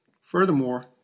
furthermore